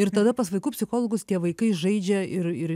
ir tada pas vaikų psichologus tie vaikai žaidžia ir ir